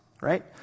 right